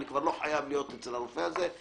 אני כבר לא חייב להיות אצל הרופא הזה,